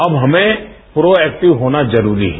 अब हमें proactive होना जरूरी है